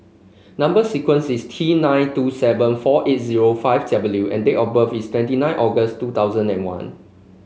number sequence is T nine two seven four eight zero five W and date of birth is twenty nine August two thousand and one